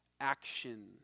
action